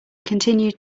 continued